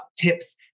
tips